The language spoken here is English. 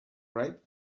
ripe